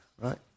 right